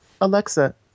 Alexa